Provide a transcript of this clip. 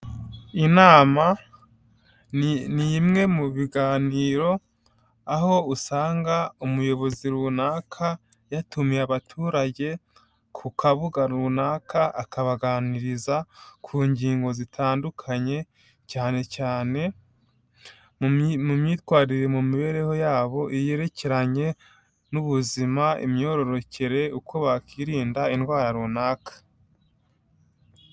Inama ni imwe mu biganiro, aho usanga umuyobozi runaka yatumiye abaturage ku kabuga runaka, akabaganiriza ku ngingo zitandukanye, cyane cyane mu myitwarire mu mibereho yabo yerekeranye n'ubuzima, imyororokere, uko bakwirinda indwara runaka.